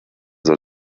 soll